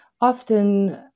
often